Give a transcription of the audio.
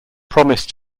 promised